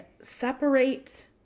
separate